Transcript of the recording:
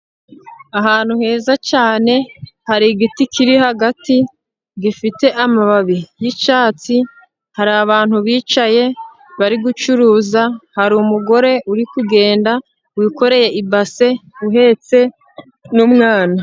Ahantu heza cyane hari igiti kiri hagati, gifite amababi y'icyatsi hari abantu bicaye bari gucuruza, hari umugore uri kugenda wikoreye ibase uhetse n'umwana.